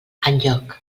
enlloc